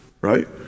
right